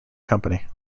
company